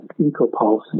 EcoPulse